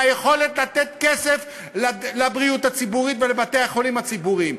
מהיכולת לתת כסף לבריאות הציבורית ולבתי-החולים הציבוריים,